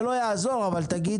זה לא יעזור אבל תגידי.